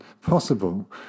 possible